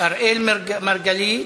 אראל מרגלית,